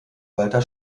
walter